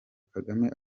kagame